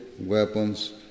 weapons